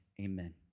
amen